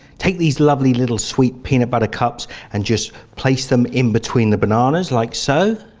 take these lovely little sweet peanut butter cups and just place them in between the bananas like so.